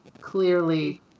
Clearly